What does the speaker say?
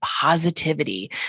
positivity